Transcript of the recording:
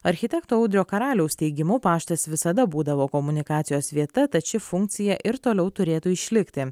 architekto audrio karaliaus teigimu paštas visada būdavo komunikacijos vieta tad ši funkcija ir toliau turėtų išlikti